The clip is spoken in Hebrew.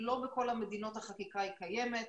לא בכל המדינות החקיקה קיימת,